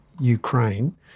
Ukraine